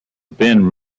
ben